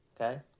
Okay